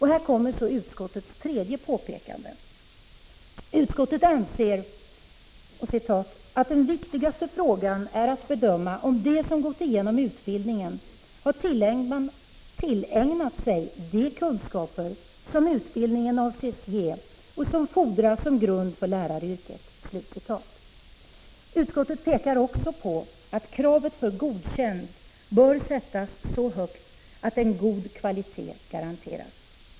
Här kommer så utskottets tredje påpekande: Utskottet anser ”att den viktigaste frågan är att bedöma om de som gått igenom utbildningen har tillägnat sig de kunskaper som utbildningen avses ge och som fordras som grund för läraryrket”. Utskottet pekar också på att kravet för Godkänd bör sättas så högt att en god kvalitet garanteras.